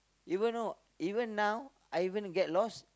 you want know even now I even get lost